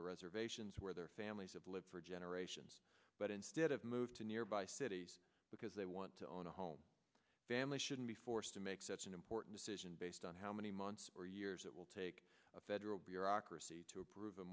the reservations where their families have lived for generations but instead of move to nearby cities because they want to own a home family shouldn't be forced to make such an important decision based on how many months or years it will take a federal bureaucracy to approve a